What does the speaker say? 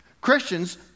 Christians